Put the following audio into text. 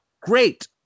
Great